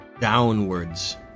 downwards